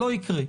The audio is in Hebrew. לא יקרה.